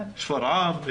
שפרעם,